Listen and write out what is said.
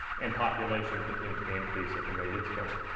and population continues to increase at the rate it's going.